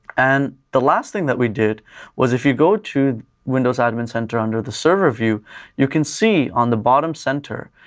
and the last thing that we did was if you go to windows admin center under the server view, you can see, on the bottom center,